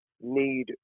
need